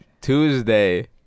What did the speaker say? Tuesday